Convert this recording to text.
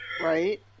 right